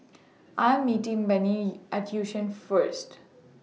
I Am meeting Benny At Yishun First